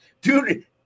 dude –